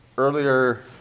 Earlier